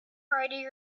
already